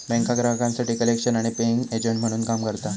बँका ग्राहकांसाठी कलेक्शन आणि पेइंग एजंट म्हणून काम करता